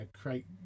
create